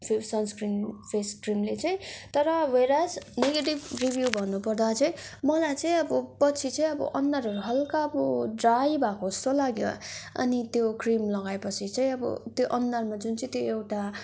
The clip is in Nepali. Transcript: फि सन्सक्रिन फेस क्रिमले चाहिँ तर वेरएस नेगेटिभ रिभ्यू भन्नु पर्दा चाहिँ मलाई चाहिँ अब पछि चाहिँ अब अनुहारहरू हल्का अब ड्राई भएको जस्तो लाग्यो अनि त्यो क्रिम लगाए पछि चाहिँ अब त्यो अनुहारमा जुन चाहिँ त्यो एउटा